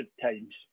times